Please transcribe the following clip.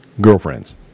Girlfriends